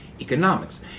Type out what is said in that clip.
economics